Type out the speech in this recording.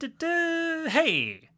Hey